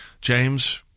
James